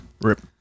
rip